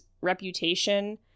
reputation